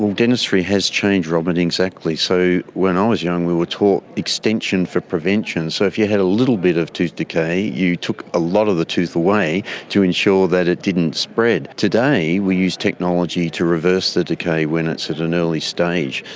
dentistry has changed, robyn, exactly. so when i was young we were taught extension for prevention. so if you had a little bit of tooth decay you took a lot of the tooth away to ensure that it didn't spread. today we use technology to reverse the decay when it's at an early stage.